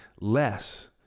less